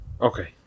Okay